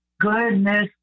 goodness